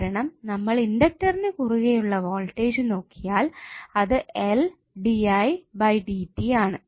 കാരണം നമ്മൾ ഇണ്ടക്ടറിന് കുറുകെ ഉള്ള വോൾടേജ് നോക്കിയാൽ അത് L D I by D T ആണ്